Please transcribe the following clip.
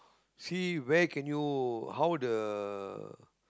see where can you how the